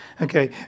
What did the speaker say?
Okay